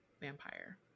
vampire